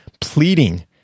pleading